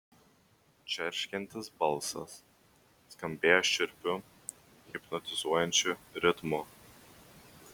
džeržgiantis balsas skambėjo šiurpiu hipnotizuojančiu ritmu